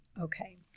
Okay